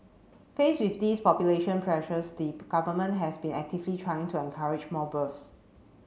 faced with these population pressures the Government has been actively trying to encourage more births